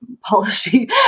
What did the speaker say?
policy